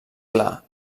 clar